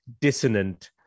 dissonant